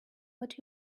but